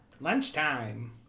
Lunchtime